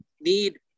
need